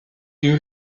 you